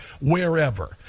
wherever